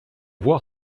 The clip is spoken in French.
voir